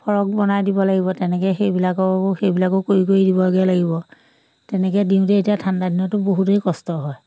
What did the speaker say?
frock বনাই দিব লাগিব তেনেকৈ সেইবিলাককো সেইবিলাকো কৰি কৰি দিবগৈ লাগিব তেনেকৈ দিওঁতে এতিয়া ঠাণ্ডা দিনতো বহুতেই কষ্ট হয়